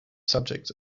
subjects